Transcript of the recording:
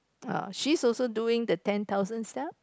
uh she's also doing the ten thousand steps